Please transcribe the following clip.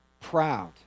proud